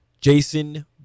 Jason